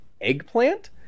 eggplant